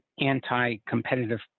anti-competitive